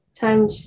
time